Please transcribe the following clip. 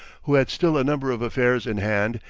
who had still a number of affairs in hand,